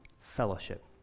fellowship